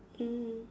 mm